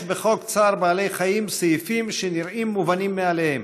יש בחוק צער בעלי חיים סעיפים שנראים מובנים מאליהם,